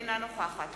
אינה נוכחת